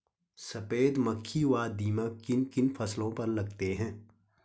सफेद मक्खी व दीमक किन किन फसलों पर लगते हैं?